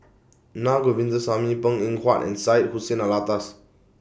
Na Govindasamy Png Eng Huat and Syed Hussein Alatas